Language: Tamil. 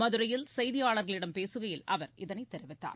மதுரையில் செய்தியாளர்களிடம் பேசுகையில் அவர் இதனை தெரிவித்தார்